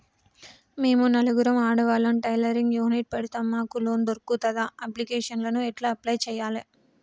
మేము నలుగురం ఆడవాళ్ళం టైలరింగ్ యూనిట్ పెడతం మాకు లోన్ దొర్కుతదా? అప్లికేషన్లను ఎట్ల అప్లయ్ చేయాలే?